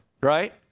right